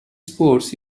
sports